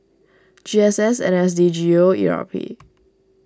G S S N S D G O E R P